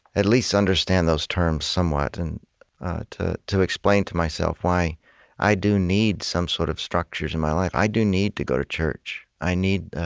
at least understand those terms somewhat, and to to explain to myself why i do need some sort of structures in my life. i do need to go to church. i need